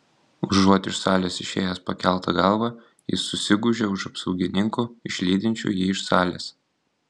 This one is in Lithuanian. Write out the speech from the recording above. užuot iš salės išėjęs pakelta galva jis susigūžia už apsaugininkų išlydinčių jį iš salės